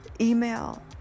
email